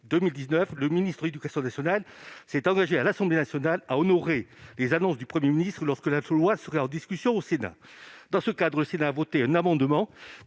2019, le ministre de l'éducation nationale s'est engagé, devant l'Assemblée nationale, à honorer les annonces du Premier ministre lorsque le texte serait en discussion au Sénat. Dans ce cadre, le Sénat a voté un amendement,